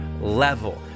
level